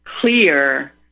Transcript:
clear